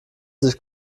sich